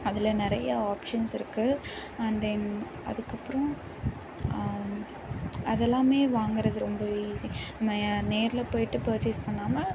அதில் நிறையா ஆப்ஷன்ஸ் இருக்குது அண்ட் தென் அதுக்கப்புறம் அதெல்லாமே வாங்கிறது ரொம்பவே ஈஸி நம்ம நேரில் போயிட்டு பர்ச்சேஸ் பண்ணாமல்